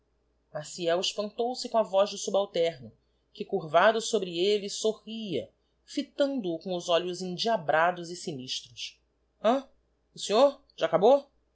glaciei espantou-se com a voz do subalterno que curvado sobre elle sorria íitando o com os olhos endiabrados e sinistros ah o sr já acabou